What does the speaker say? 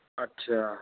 अच्छा